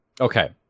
Okay